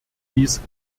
dies